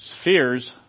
Spheres